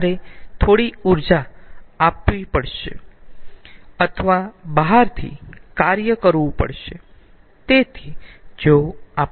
તમારે થોડી ઊર્જા આપવી પડશે અથવા બહારથી કાર્ય કરવુ પડશે